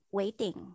waiting